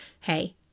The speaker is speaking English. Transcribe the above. hey